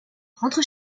rentre